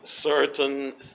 certain